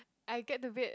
I get to bed